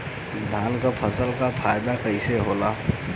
धान क फसल क फायदा कईसे होला?